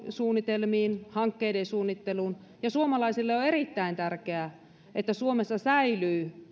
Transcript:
suunnitelmiin ja hankkeiden suunnitteluun ja suomalaisille on on erittäin tärkeää että suomessa säilyvät